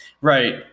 Right